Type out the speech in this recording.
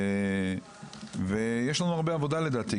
לדעתי,